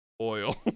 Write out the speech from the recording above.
oil